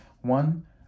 One